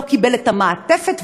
לא קיבל את המעטפת,